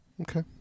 Okay